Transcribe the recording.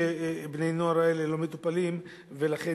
שבני-הנוער האלה לא מטופלים ולכן